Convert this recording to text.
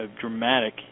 dramatic